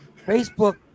Facebook